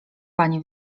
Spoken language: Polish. pani